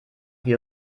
wie